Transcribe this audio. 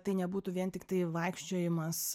tai nebūtų vien tiktai vaikščiojimas